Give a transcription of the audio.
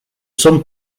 some